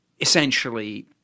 essentially